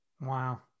Wow